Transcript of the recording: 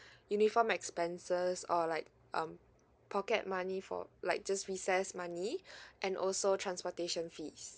uniform expenses or like um pocket money for like just recess money and also transportation fees